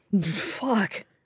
fuck